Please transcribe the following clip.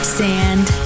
sand